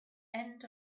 end